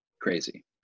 Crazy